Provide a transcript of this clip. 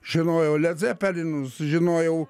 žinojau ledzepelinus žinojau